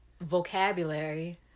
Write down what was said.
vocabulary